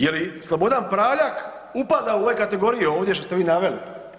Je li Slobodan Praljak upada u ove kategorije ove što ste vi naveli?